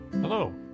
Hello